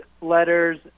letters